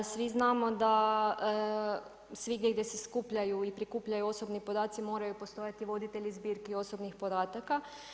Svi znamo da svagdje gdje se skupljaju i prikupljaju osobni podaci moraju postojati voditelji zbirki osobnih podataka.